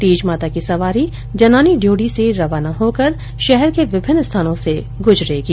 तीज माता की सवारी जनानी ड्योढ़ी से रवाना होकर शहर के विभिन्न स्थानों से गुजरेगी